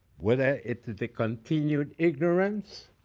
whether it's the continued ignorance